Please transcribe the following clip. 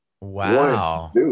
Wow